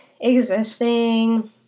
existing